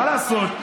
מה לעשות,